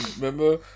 remember